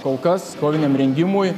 kol kas koviniam rengimui